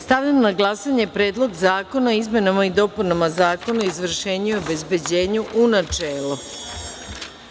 Stavljam na glasanje Predlog zakona o izmenama i dopunama Zakona o izvršenju i obezbeđenju, u načelu.